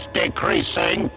decreasing